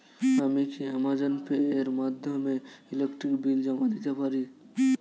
আমি কি Amazon Pay এর মাধ্যমে ইলেকট্রিক বিল জমা দিতে পারি?